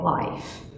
life